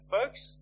Folks